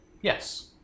yes